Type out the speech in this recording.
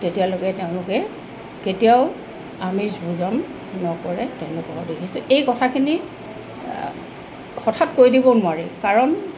তেতিয়ালৈকে তেওঁলোকে কেতিয়াও আমিষ ভোজন নকৰে তেওঁলোকক দেখিছোঁ এই কথাখিনি হঠাৎ কৈ দিব নোৱাৰি কাৰণ